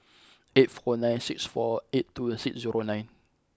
eight four nine six four eight two six zero nine